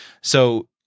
So-